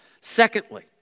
Secondly